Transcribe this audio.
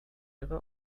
ihre